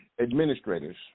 administrators